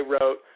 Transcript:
wrote